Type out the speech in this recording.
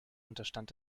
unterstand